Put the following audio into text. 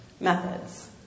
methods